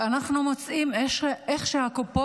ואנחנו מוצאים שהקופות